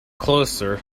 closer